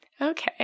Okay